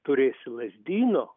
turėsi lazdyno